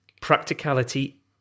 practicality